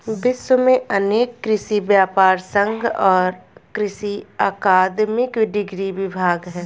विश्व में अनेक कृषि व्यापर संघ और कृषि अकादमिक डिग्री विभाग है